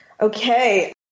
okay